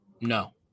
No